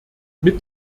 mit